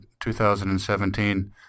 2017